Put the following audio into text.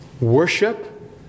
worship